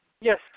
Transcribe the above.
Yes